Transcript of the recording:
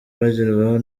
bagerwaho